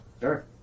sure